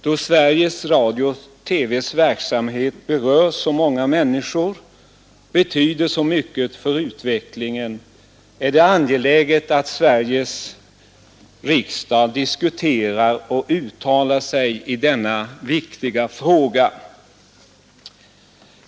Då Sveriges Radio-TV:s verksamhet berör så många människor och betyder så mycket för utvecklingen, är det angeläget att Sveriges riksdag diskuterar och uttalar sig i denna viktiga fråga.